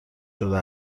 شده